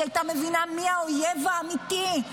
היא הייתה מבינה מי האויב האמיתי,